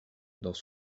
dans